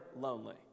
lonely